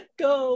go